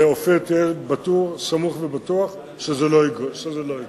ותהיה סמוך ובטוח שזה לא יקרה.